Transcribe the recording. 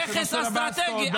נכס אסטרטגי.